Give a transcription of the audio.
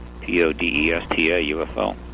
P-O-D-E-S-T-A-U-F-O